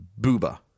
Booba